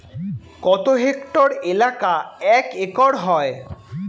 কত হেক্টর এলাকা এক একর হয়?